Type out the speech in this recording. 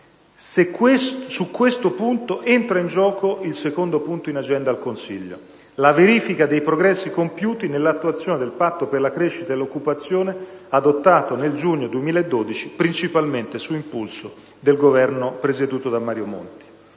Su questo entra in gioco il secondo punto in agenda al Consiglio: la verifica dei progressi compiuti nell'attuazione del Patto per la crescita e per l'occupazione, adottato nel giugno 2012, principalmente su impulso del Governo presieduto da Mario Monti.